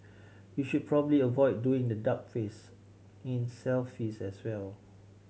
you should probably avoid doing the duck face in selfies as well